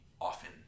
often